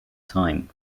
time